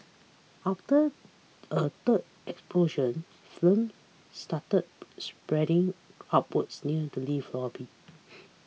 after a third explosion flames started spreading upwards near the lift lobby